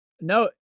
No